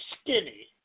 skinny